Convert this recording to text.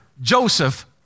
Joseph